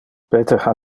peter